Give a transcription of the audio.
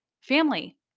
family